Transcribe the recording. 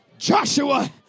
Joshua